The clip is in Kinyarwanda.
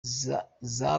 zaguzwe